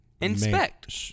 inspect